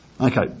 Okay